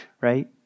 right